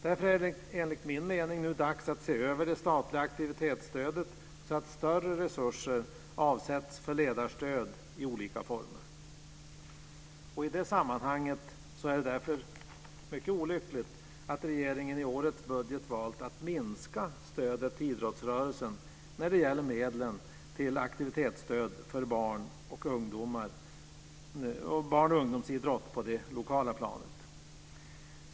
Därför är det enligt min mening nu dags att se över det statliga aktivitetsstödet så att större resurser avsätts för ledarstöd i olika former. I det sammanhanget är det mycket olyckligt att regeringen i årets budget valt att minska stödet till idrottsrörelsen. Det gäller medel till aktivitetsstöd för barn och ungdomsidrott på det lokala planet.